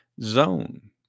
zone